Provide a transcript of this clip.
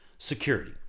security